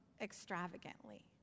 extravagantly